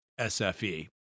SFE